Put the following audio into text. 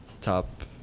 top